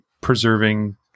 preserving